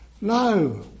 No